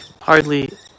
hardly